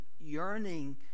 yearning